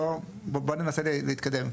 שניה, בוא ננסה להתקדם.